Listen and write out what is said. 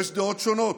יש דעות שונות,